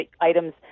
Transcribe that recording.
items